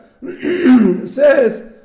says